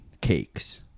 cakes